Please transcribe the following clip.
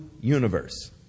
universe